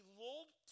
lulled